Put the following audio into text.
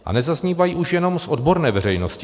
A nezaznívají už jenom z odborné veřejnosti.